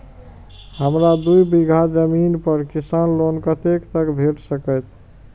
हमरा दूय बीगहा जमीन पर किसान लोन कतेक तक भेट सकतै?